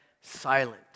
silent